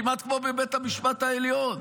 כמעט כמו בבית המשפט העליון,